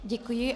Děkuji.